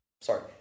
Sorry